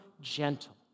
gentle